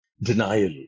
denial